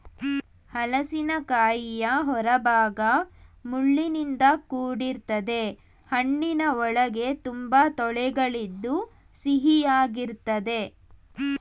ಹಲಸಿನಕಾಯಿಯ ಹೊರಭಾಗ ಮುಳ್ಳಿನಿಂದ ಕೂಡಿರ್ತದೆ ಹಣ್ಣಿನ ಒಳಗೆ ತುಂಬಾ ತೊಳೆಗಳಿದ್ದು ಸಿಹಿಯಾಗಿರ್ತದೆ